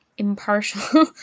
impartial